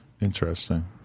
Interesting